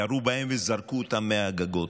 ירו בהם וזרקו אותם מהגגות.